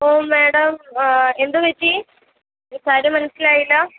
ഓ madam എന്തുപറ്റി കാര്യം മനസ്സിലായില്ല